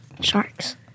Sharks